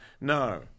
No